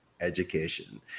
education